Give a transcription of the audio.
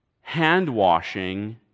hand-washing